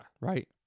Right